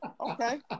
Okay